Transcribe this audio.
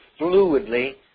fluidly